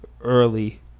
early